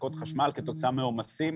הפסקות חשמל כתוצאה מעומסים,